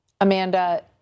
Amanda